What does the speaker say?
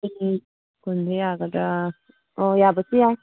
ꯎꯝ ꯎꯝ ꯀꯨꯟꯗꯣ ꯌꯥꯒꯗ꯭ꯔꯥ ꯑꯣ ꯌꯥꯕꯁꯨ ꯌꯥꯏ